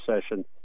session